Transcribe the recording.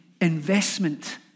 investment